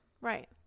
Right